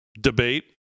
debate